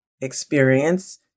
experience